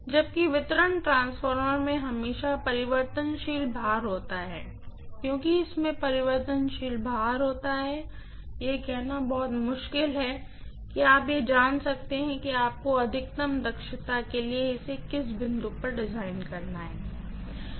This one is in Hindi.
जबकि वितरण ट्रांसफार्मर में हमेशा परिवर्तनशील भार होता है क्योंकि इसमें परिवर्तनशील भार होता है यह कहना बहुत मुश्किल होता है कि आप यह जान सकते हैं कि आपको अधिकतम दक्षता के लिए इसे किस बिंदु पर डिजाइन करना है